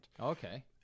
okay